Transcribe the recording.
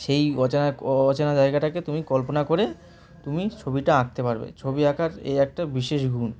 সেই অচেনা অচেনা জায়গাটাকে তুমি কল্পনা করে তুমি ছবিটা আঁকতে পারবে ছবি আঁকার এই একটা বিশেষ গুণ